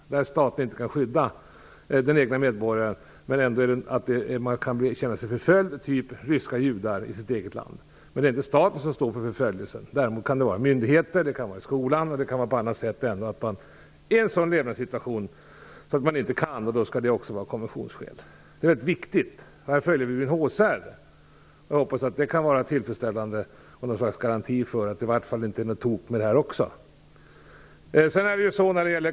Med förföljelse från tredje part menas fall där staten inte kan skydda den egna medborgaren, men där denne känner sig förföljd i sitt eget land. Ett exempel är ryska judar. I dessa fall är det inte staten som står för förföljelsen, utan det kan vara myndigheterna eller skolan. Det handlar om människor som är i en sådan levnadssituation att de inte kan stanna kvar. Då skall det vara konventionsskäl. Det är väldigt viktigt. Där följer vi UNHCR. Jag hoppas att detta kan vara tillfredsställande och att det kan vara en slags garanti för att det inte är något tokigt med det här också.